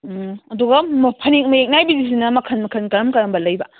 ꯎꯝ ꯑꯗꯨꯒ ꯐꯅꯦꯛ ꯃꯌꯦꯛ ꯅꯥꯏꯕꯤꯒꯤꯁꯤꯅ ꯃꯈꯟ ꯃꯈꯟ ꯀꯔꯝ ꯀꯔꯝꯕ ꯂꯩꯕ